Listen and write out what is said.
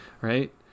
right